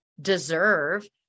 deserve